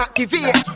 Activate